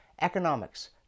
economics